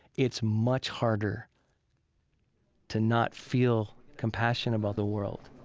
it's much harder to not feel compassion about the world